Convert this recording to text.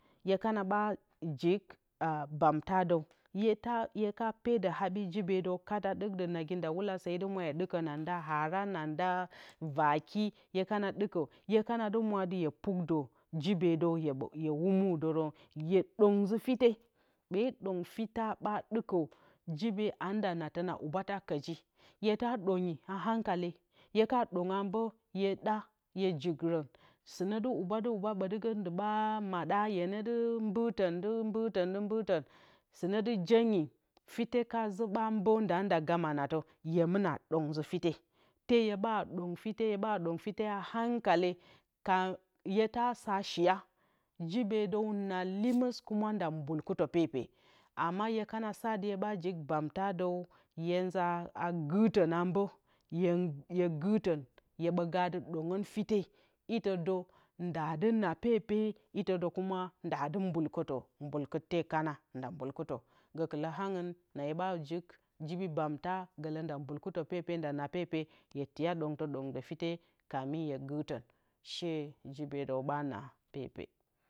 Hyekana ɓa jik bamtadǝw hye kana pedǝ habi jibedǝw katka ndawulasǝ hye dɨ mwa hye ɗikǝ nanda hara nanda vakye hye pukdǝ jibedǝw hye humudǝrǝn hye dǝng nzǝ fite dǝng fita ɓa ɗikǝ jibe aa nda naa tɨna huba ta kǝji. hye ta dǝngi a hankalehye ka dǝngǝ a mbǝ sɨnǝ dɨ huba dɨ huba ɓoti ndi ɓa mada hye dɨ mbɨrtǝn mbɨrtǝn dɨ mblirtǝn sɨnǝ dɨ jengifite ka zú ɓa mabǝ nds dɨ gama naatǝ hye mɨna dǝng nz. u fite te hyeɓa dǝng hyeta dǝng fite a hankale hyeta saashiya jibe dǝw naa limis nda mbulkɨtǝ pepe ama hye kana sa tɨ hye ɓa jik bamtadǝw hye nza gǝrtǝn a mbǝ hye gurtǝn hye ɓǝ dǝngɨn fite itedǝ ndaa dɨ naa pepe itǝdǝ kuma ndadɨ mbulkɨtǝ mbulkɨte kana nda mbulkɨttǝ gǝkɨlǝ anglin na hye ɓa jik jibi bamtagǝkɨlǝ nda mbulkɨttǝ pepe gǝ nda naa pepe hye tiya dǝngtǝ dǝng. in fite kamin hye gurtǝn tee jibedúw ɓa naa pepe